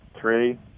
three